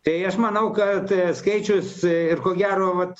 tai aš manau kad skaičius ir ko gero vat